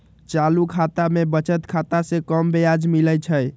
चालू खता में बचत खता से कम ब्याज मिलइ छइ